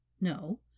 no